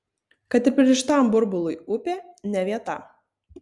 kad ir pririštam burbului upė ne vieta